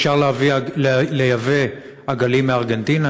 אפשר לייבא עגלים מארגנטינה,